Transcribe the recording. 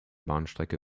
bahnstrecke